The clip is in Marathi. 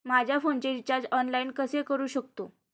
माझ्या फोनचे रिचार्ज ऑनलाइन कसे करू शकतो?